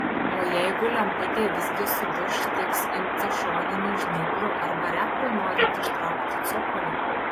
o jeigu lemputė visgi suduš teks imtis šoninių žnyplių arba replių norint ištraukti cokolį